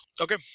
Okay